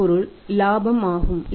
இதன் பொருள் இலாபம் ஆகும்